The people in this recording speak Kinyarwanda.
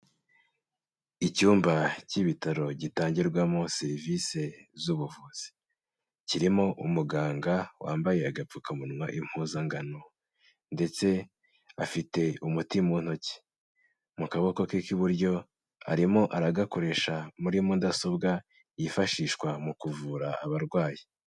Icyumba k'ibitaro gitangirwamo serivisi z'ubuvuzi, kirimo umuganga wambaye agapfukamunwa impuzangano ndetse afite umuti mu ntoki, mu kaboko ke k'iburyo arimo aragakoresha muri mudasobwa yifashishwa mu kuvura abarwayi.